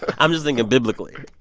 i'm just thinking biblically.